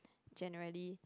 generally